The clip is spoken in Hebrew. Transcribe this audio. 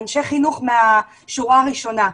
אנשי חינוך מהשורה הראשונה.